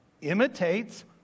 imitates